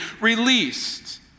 released